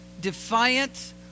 defiant